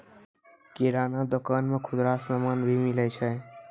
किराना दुकान मे खुदरा समान भी मिलै छै